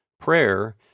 Prayer